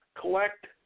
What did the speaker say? Collect